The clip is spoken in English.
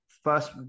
First